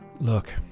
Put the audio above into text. look